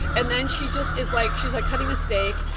and then she just is like she's, like, cutting a steak.